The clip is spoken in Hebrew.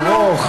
ארוך.